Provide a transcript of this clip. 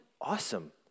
Awesome